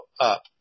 up